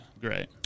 great